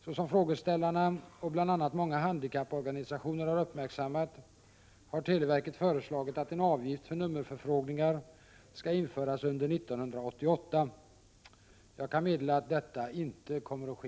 Såsom frågeställarna och bl.a. många handikapporganisationer har uppmärksammat har televerket föreslagit att en avgift för nummerförfrågningarna skall införas under 1988. Jag kan meddela att detta inte kommer att ske.